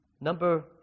Number